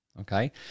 Okay